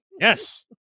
yes